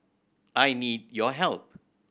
I need your help